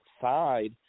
side